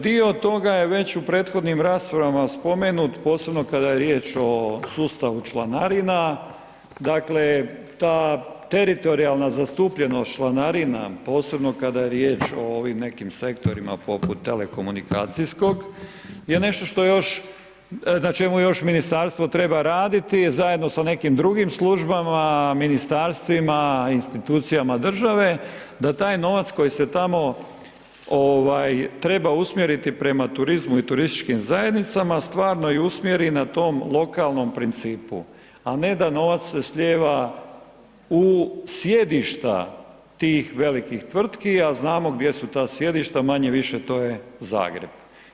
Dio toga je već u prethodnim raspravama spomenut posebno kada je riječ o sustavu članarina, dakle ta teritorijalna zastupljenost članarina posebno kada je riječ o ovim nekim sektorima poput telekomunikacijskog, je nešto što još, na čemu još Ministarstvo treba raditi zajedno sa nekim drugim službama, Ministarstvima, institucijama države da taj novac koji se tamo treba usmjeriti prema turizmu i turističkim zajednicama, stvarno i usmjeri na tom lokalnom principu, a ne da novac se slijeva u sjedišta tih velikih tvrtki, a znamo gdje su ta sjedišta, manje-više to je Zagreb.